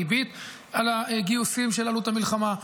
ריבית על הגיוסים של עלות המלחמה,